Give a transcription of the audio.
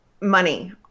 money